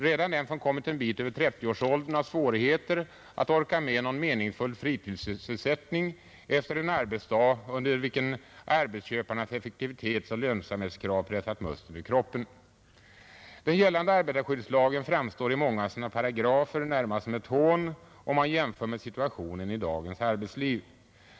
Redan den som kommit en bit över 30-årsåldern har svårigheter att orka med någon meningsfull fritidssysselsättning efter en arbetsdag, under vilken arbetsköparnas effektivitetsoch lönsamhetskrav pressat musten ur kroppen. Den gällande arbetarskyddslagen framstår i många av sina paragrafer närmast som ett hån, om man jämför med situationen i dagens arbetsliv.